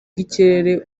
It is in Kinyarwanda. bw’ikirere